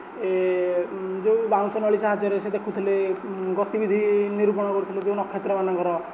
ଏ ଯେଉଁ ବାଉଁଶ ନଳୀ ସାହାଯ୍ୟରେ ସେ ଦେଖୁଥଲେ ଗତିବିଧି ନିରୂପଣ କରୁଥିଲେ ଯେଉଁ ନକ୍ଷେତ୍ରମାନଙ୍କର